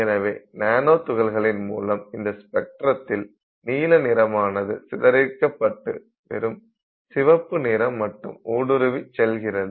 எனவே நானோ துகள்களின் மூலம் இந்த ஸ்பேக்ட்ரத்தில் நீல நிறமானது சிதறடிக்கப்பட்டு வெறும் சிவப்பு நிறம் மட்டும் ஊடுருவிச் செல்கிறது